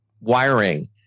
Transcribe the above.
wiring